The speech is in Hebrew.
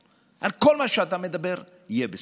על כל מה שאתה מדבר: יהיה בסדר.